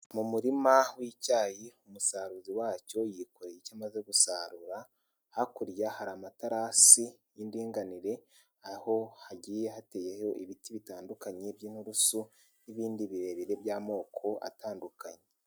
Mu murima w'icyayi umusaruzi wacyo yikoreye icyo amaze gusarura, hakurya hari amatarasi y'indinganire, aho hagiye hateyeho ibiti bitandukanye by'inturusu n'ibindi birere by'amoko atandukanye.